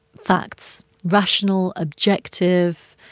facts rational objective.